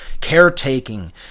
caretaking